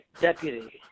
deputy